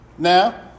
Now